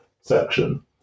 section